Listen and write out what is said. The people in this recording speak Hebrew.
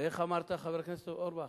ואיך אמרת, חבר הכנסת אורבך?